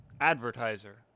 advertiser